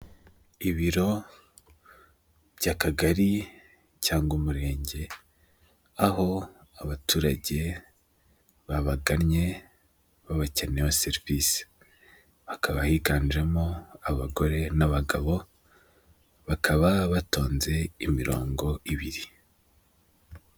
Ibiro by'akagari cyangwa umurenge, aho abaturage babangagamye baba bakenera serivisi, bakaba biganjemo abagore n'abagabo bakaba batonze imirongo ibiri.